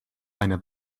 eine